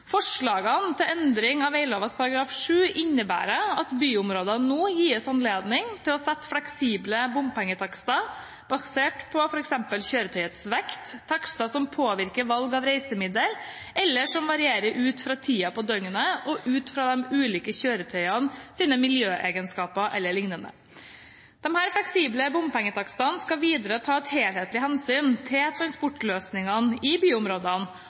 Forslagene til endring av veglovens § 27 innebærer at byområder nå gis anledning til å sette fleksible bompengetakster, basert på f.eks. kjøretøyets vekt, takster som påvirker valg av reisemiddel, eller som varierer ut fra tiden på døgnet og ut fra de ulike kjøretøyenes miljøegenskaper eller liknende. Disse fleksible bompengetakstene skal videre ta et helhetlig hensyn til transportløsningene i byområdene,